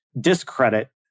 discredit